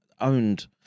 owned